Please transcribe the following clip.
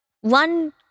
one